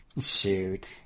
Shoot